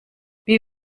wie